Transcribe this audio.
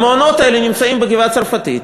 המעונות האלה נמצאים בגבעה-הצרפתית,